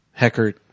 Heckert